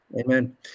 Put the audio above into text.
Amen